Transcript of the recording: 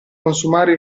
consumare